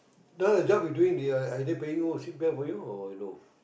now the job you doing they uh are they paying you c_p_f for you or no